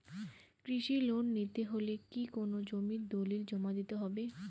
কৃষি লোন নিতে হলে কি কোনো জমির দলিল জমা দিতে হবে?